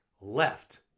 left